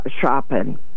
shopping